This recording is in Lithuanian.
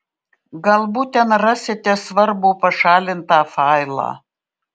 galbūt ten rasite svarbų pašalintą failą